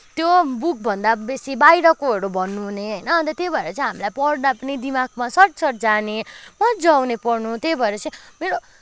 त्यो बुकभन्दा बेसी बाहिरकोहरू भन्नुहुने होइन अन्त त्यही भएर चाहिँ हामीलाई पढ्दा पनि दिमागमा सट सट जाने मज्जा आउने पढ्न त्यही भएर चाहिँ मेरो